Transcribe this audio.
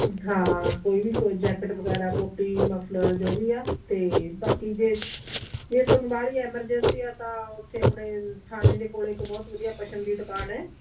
ਹਾਂ ਕੋਈ ਵੀ ਕੋਈ ਜੈਕਟ ਵਗੈਰਾ ਕੋਟੀ ਮਫਲਰ ਜੋ ਵੀ ਆ ਅਤੇ ਬਾਕੀ ਜੇ ਜੇ ਤੁਹਾਨੂੰ ਬਾਹਲੀ ਅਮਰਜੈਂਸੀ ਆ ਤਾਂ ਉੱਥੇ ਆਪਣੇ ਥਾਣੇ ਦੇ ਕੋਲ ਇੱਕ ਬਹੁਤ ਵਧੀਆ ਪਸ਼ਮ ਦੀ ਦੁਕਾਨ ਹੈ